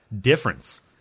difference